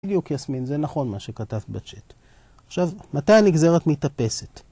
בדיוק יסמין, זה נכון מה שכתב בצ'ט. עכשיו, מתי הנגזרת מתאפסת?